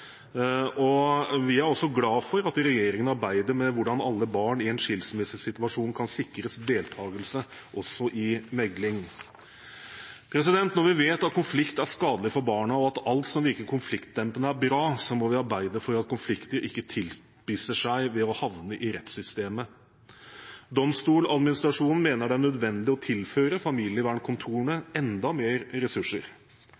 Vi er også glad for at regjeringen arbeider med hvordan alle barn i en skilsmissesituasjon kan sikres deltakelse også i megling. Når vi vet at konflikt er skadelig for barna, og at alt som virker konfliktdempende, er bra, må vi arbeide for at konflikter ikke tilspisser seg ved å havne i rettssystemet. Domstoladministrasjonen mener det er nødvendig å tilføre familievernkontorene enda mer ressurser.